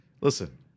listen